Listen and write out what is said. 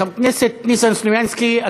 חבר הכנסת ניסן סלומינסקי,